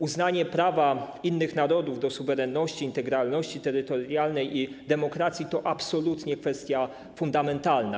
Uznanie prawa innych narodów do suwerenności, integralności terytorialnej i demokracji to kwestia absolutnie fundamentalna.